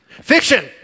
Fiction